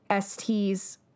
ST's